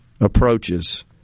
approaches